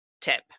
tip